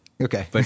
Okay